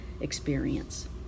experience